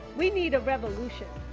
we need a revolution.